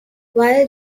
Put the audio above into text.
while